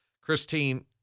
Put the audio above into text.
Christine